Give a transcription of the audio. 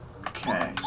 Okay